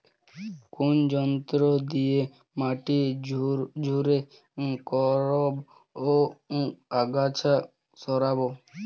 কোন যন্ত্র দিয়ে মাটি ঝুরঝুরে করব ও আগাছা সরাবো?